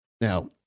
Now